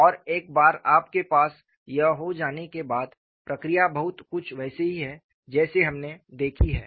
और एक बार आपके पास यह हो जाने के बाद प्रक्रिया बहुत कुछ वैसी ही है जैसी हमने देखी है